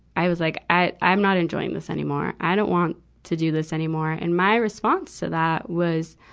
i was like i, i'm not enjoying this anymore. i don't want to do this anymore. and my response to that was,